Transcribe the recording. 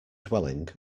dwelling